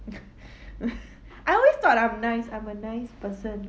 I always thought I'm nice I'm a nice person